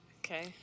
Okay